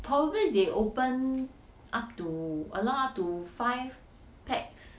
probably they open up to allow up to five person